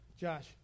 Josh